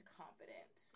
confident